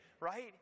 right